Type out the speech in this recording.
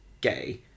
gay